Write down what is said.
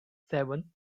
seven